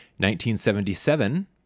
1977